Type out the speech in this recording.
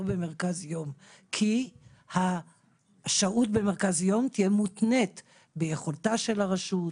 במרכז יום כי השהות במרכז יום תהיה מותנית ביכולתה של הרשות,